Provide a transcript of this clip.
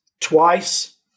twice